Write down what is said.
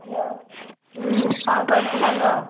hello କ'ଣ କରୁଛୁ ସାଙ୍ଗ